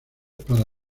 para